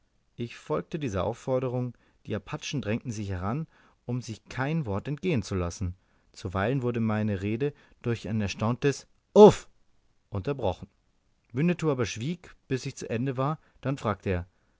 ich folgte dieser aufforderung die apachen drängten sich heran um sich kein wort entgehen zu lassen zuweilen wurde meine rede durch ein erstauntes uff unterbrochen winnetou aber schwieg bis ich zu ende war dann fragte er